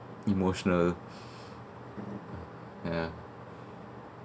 emotional ya ya